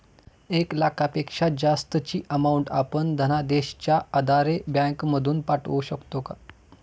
एक लाखापेक्षा जास्तची अमाउंट आपण धनादेशच्या आधारे बँक मधून पाठवू शकतो का?